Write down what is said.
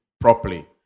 properly